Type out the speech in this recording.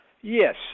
Yes